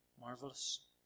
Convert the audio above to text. marvelous